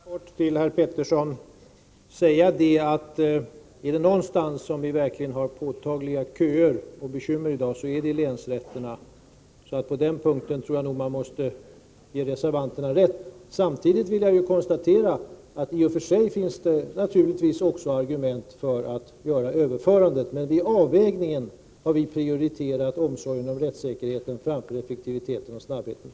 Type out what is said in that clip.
Herr talman! Jag vill bara kort till herr Pettersson i Helsingborg säga att om det är någonstans som vi verkligen har påtagliga köer och bekymmer i dag så är det i länsrätterna. På den punkten tror jag att man måste ge reservanterna rätt. Samtidigt vill jag konstatera att det i och för sig naturligtvis också finns argument för att göra överföranden. Men vid avvägningen har vi prioriterat omsorgen om rättssäkerheten framför effektiviteten och snabbheten.